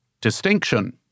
distinction